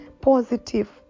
positive